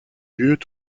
lieu